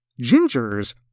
Ginger's